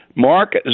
Mark